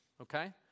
okay